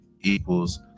equals